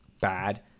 bad –